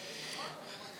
בבקשה.